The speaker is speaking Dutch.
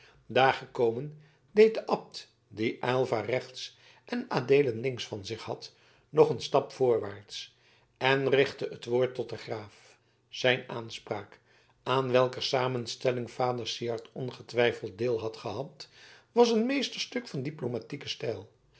gekomen deed de abt die aylva rechts en adeelen links van zich had nog een stap voorwaarts en richtte het woord tot den graaf zijn aanspraak aan welker samenstelling vader syard ongetwijfeld deel had gehad was een meesterstuk van diplomatieken stijl